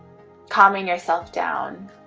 calming yourself down